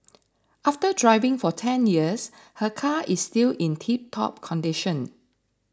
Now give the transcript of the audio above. after driving for ten years her car is still in tiptop condition